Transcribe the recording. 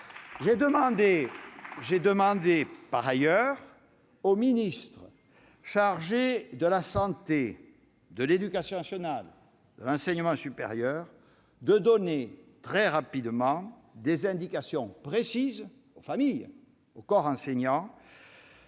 j'ai demandé aux ministres chargés de la santé, de l'éducation nationale et de l'enseignement supérieur de donner très rapidement des indications précises aux familles et au corps enseignant